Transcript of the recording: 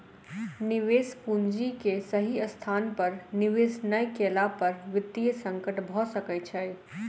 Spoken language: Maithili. निवेश पूंजी के सही स्थान पर निवेश नै केला पर वित्तीय संकट भ सकै छै